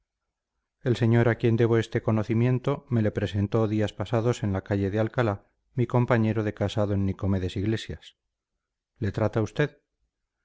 el señor a quien debo este conocimiento me le presentó días pasados en la calle de alcalá mi compañero de casa d nicomedes iglesias le trata usted